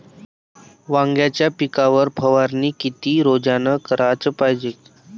वांग्याच्या पिकावर फवारनी किती रोजानं कराच पायजे?